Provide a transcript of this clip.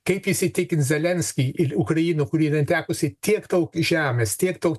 kaip jis įtikins zelenskį ir ukrainą kuri yra netekusi tiek daug žemės tiek daug